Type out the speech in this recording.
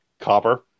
Copper